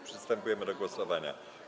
Przystępujemy do głosowania.